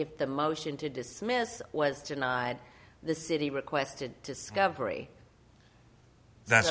if the motion to dismiss was denied the city requested discovery that